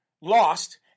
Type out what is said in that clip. lost